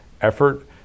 effort